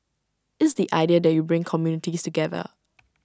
it's the idea that you bring communities together